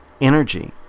energy